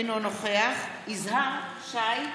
אינו נוכח יזהר שי,